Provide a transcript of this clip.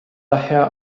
daher